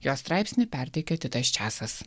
jo straipsnį perteikia titas česas